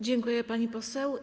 Dziękuję, pani poseł.